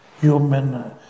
human